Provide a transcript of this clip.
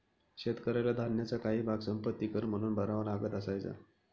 शेतकऱ्याला धान्याचा काही भाग संपत्ति कर म्हणून भरावा लागत असायचा